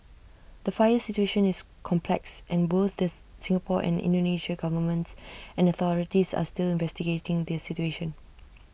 the fire situation is complex and both the Singapore and Indonesia governments and authorities are still investigating the situation